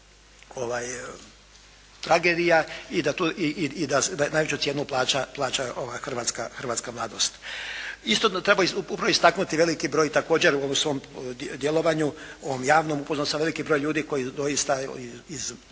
i da najveću cijenu plaća hrvatska mladost. Istodobno treba upravo istaknuti veliki broj također u ovom svom djelovanju, ovom javnom, upoznao sam veliki broj ljudi koji doista,